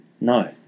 no